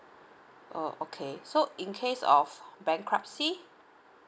oh okay so in case of bankruptcy